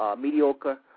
mediocre